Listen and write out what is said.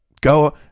Go